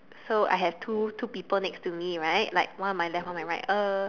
so I have two two people next to me right like one on my left one on my right uh